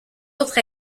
autre